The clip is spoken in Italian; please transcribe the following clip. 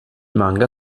manga